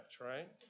right